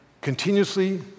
continuously